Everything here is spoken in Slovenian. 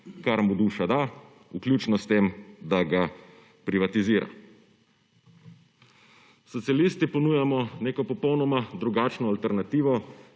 (nadaljevanje) vključno s tem, da ga privatizira. Socialisti ponujamo neko popolnoma drugačno alternativo,